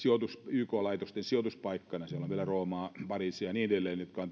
yk laitosten sijoituspaikkoina siellä on vielä roomaa pariisia kööpenhaminaa ja niin edelleen jotka